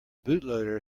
bootloader